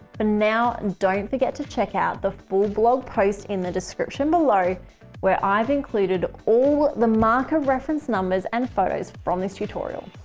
ah now, don't forget to check out the full blog post in the description below where i've included all the marker reference numbers and photos from this tutorial.